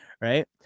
right